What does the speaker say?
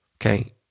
Okay